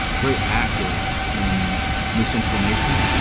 very active in misinformation.